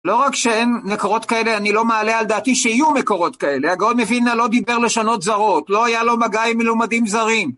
לא רק שאין מקורות כאלה, אני לא מעלה על דעתי שיהיו מקורות כאלה. הגאון מוילנה לא דיבר לשונות זרות, לא היה לו מגע עם מלומדים זרים.